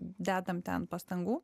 dedam ten pastangų